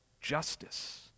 justice